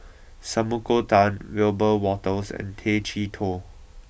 Sumiko Tan Wiebe Wolters and Tay Chee Toh